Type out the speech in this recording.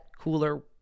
cooler